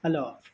hello